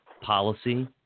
policy